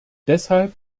deshalb